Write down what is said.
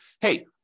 hey